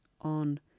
on